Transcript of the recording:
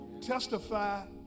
testify